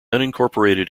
unincorporated